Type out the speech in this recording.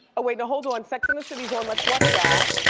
wait, no, hold on, sex and the city's on, let's watch that